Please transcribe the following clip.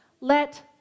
Let